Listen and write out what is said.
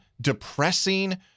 depressing